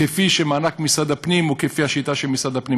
כמו מענק משרד הפנים או לפי השיטה של משרד הפנים.